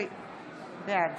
בעד